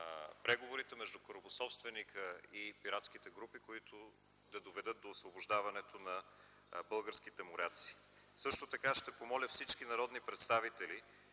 преговорите между корабособственика и пиратските групи, които да доведат до освобождаването на българските моряци. Също така ще помоля всички народни представители,